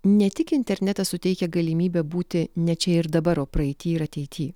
ne tik internetas suteikia galimybę būti ne čia ir dabar o praeity ir ateity